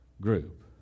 group